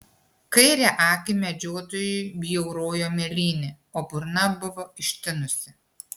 kairę akį medžiotojui bjaurojo mėlynė o burna buvo ištinusi